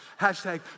hashtag